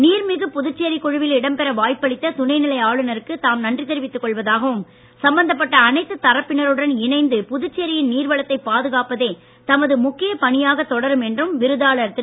நீர்மிகு புதுச்சேரி குழுவில் இடம்பெற வாய்ப்பளித்த துணைநிலை ஆளுநருக்கு தாம் நன்றி தெரிவித்துக் கொள்வதாகவும் சம்பந்தப்பட்ட அனைத்து தரப்பினருடன் இணைந்து புதுச்சேரியின் நீர்வளத்தை பாதுகாப்பதே தமது முக்கிய பணியாக தொடரும் என்றும் விருதாளர் திரு